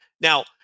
Now